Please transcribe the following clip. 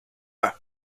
der